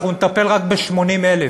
אנחנו נטפל רק ב-80,000.